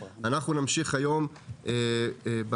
אנחנו נמשיך היום בהקראה.